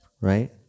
right